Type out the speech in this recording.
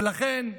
ולכן,